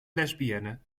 lesbienne